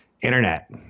internet